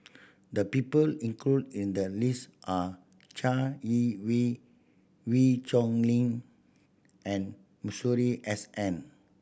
the people included in the list are Chai Yee Wei Wee Chong Ling and Masuri S N